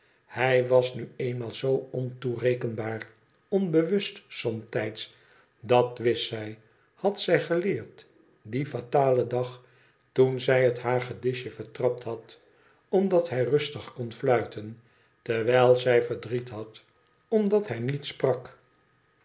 hij was nu eenmaal zoo ontoerekenbaar onbewust somtijds dat wist zij had zij geleerd dien fatalen dag toen zij het hagedisje vertrapt had omdat hij rustig kon fluiten terwijl zij verdriet had omdat hij niet sprak